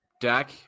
Dak